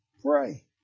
Pray